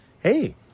hey